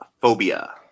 phobia